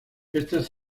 estas